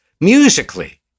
musically